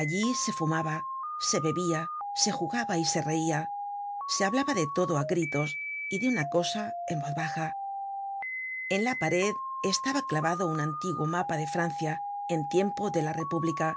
alli se fumaba se bebia se jugaba y se reia se hablaba de todo á gritos y de una cosa en voz baja en la pared estaba clavado un antiguo mapa de francia en tiempo de la república